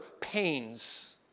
pains